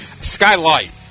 Skylight